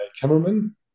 cameraman